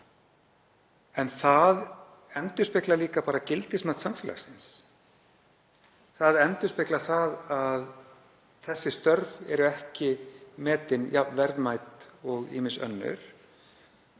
en það endurspeglar líka gildismat samfélagsins. Það endurspeglar að þessi störf eru ekki metin jafn verðmæt og ýmis önnur